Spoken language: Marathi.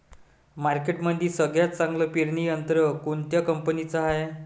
मार्केटमंदी सगळ्यात चांगलं पेरणी यंत्र कोनत्या कंपनीचं हाये?